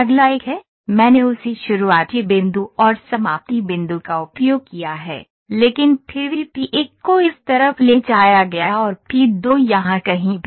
अगला एक है मैंने उसी शुरुआती बिंदु और समाप्ति बिंदु का उपयोग किया है लेकिन फिर भी पी 1 को इस तरफ ले जाया गया और पी 2 यहां कहीं भी